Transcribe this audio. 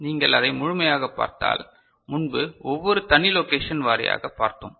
நீங்கள் அதை முழுமையாகப் பார்த்தால் முன்பு ஒவ்வொரு தனி லொகேஷன் வாரியாகப் பார்த்தோம்